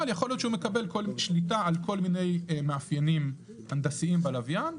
אבל יכול להיות שהוא מקבל שליטה על כל מיני מאפיינים הנדסיים בלוויין,